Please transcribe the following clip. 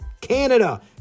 Canada